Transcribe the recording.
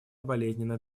болезненная